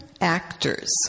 actors